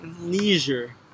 leisure